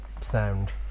sound